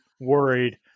worried